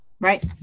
Right